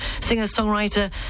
singer-songwriter